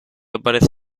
aparece